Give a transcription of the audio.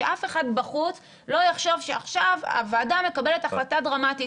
שאף אחד בחוץ לא יחשוב שעכשיו הוועדה מקבלת החלטה דרמטית,